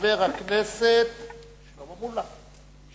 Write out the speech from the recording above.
חבר הכנסת שלמה מולה.